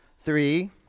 Three